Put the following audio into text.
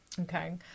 Okay